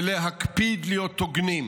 ולהקפיד להיות הוגנים,